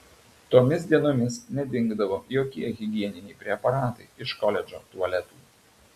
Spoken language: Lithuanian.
tomis dienomis nedingdavo jokie higieniniai preparatai iš koledžo tualetų